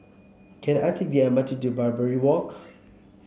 can I take the M R T to Barbary Walk